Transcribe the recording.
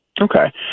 Okay